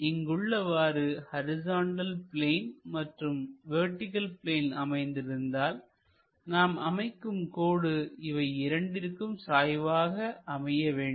இங்குள்ளவாறு horizontal plane மற்றும் vertical plane அமைந்திருந்தால் நாம் அமைக்கும் கோடு இவை இரண்டிற்கும் சாய்வாக அமைய வேண்டும்